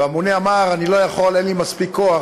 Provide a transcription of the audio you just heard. והממונה אמר: אני לא יכול, אין לי מספיק כוח.